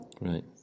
Right